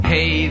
Hey